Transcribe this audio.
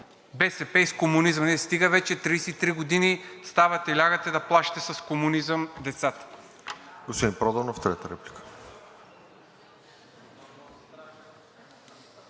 БСП и с комунизма. Стига вече, 33 години ставате и лягате да плашите с комунизъм децата.